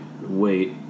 wait